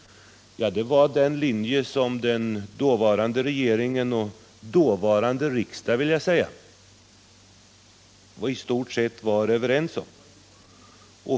Det var den linje som den dåvarande regeringen och den dåvarande riksdagen i stort sett var överens om.